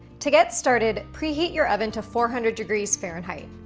to get started, preheat your oven to four hundred degrees fahrenheit.